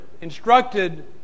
instructed